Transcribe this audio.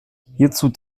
hierzu